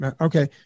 okay